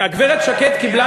הגברת שקד שאלה